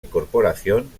incorporación